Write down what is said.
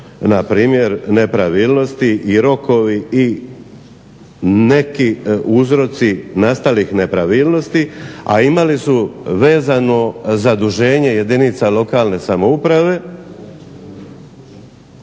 na primjer nepravilnosti i rokovi i neki uzroci nastalih nepravilnosti, a imali su vezano zaduženje jedinica lokalne samouprave,